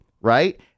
right